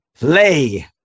Play